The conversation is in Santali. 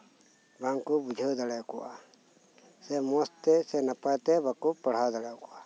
ᱵᱟᱝᱠᱚ ᱵᱩᱡᱷᱟᱹᱣ ᱫᱟᱲᱮ ᱟᱠᱚᱣᱟ ᱥᱮ ᱢᱚᱸᱡ ᱛᱮ ᱥᱮ ᱱᱟᱯᱟᱭ ᱛᱮ ᱵᱟᱠᱚ ᱯᱟᱲᱦᱟᱣ ᱫᱟᱲᱮᱣᱟᱠᱚᱣᱟ